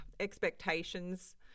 expectations